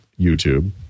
YouTube